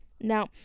Now